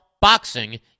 boxing